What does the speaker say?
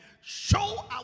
show